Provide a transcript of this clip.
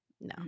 No